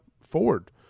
forward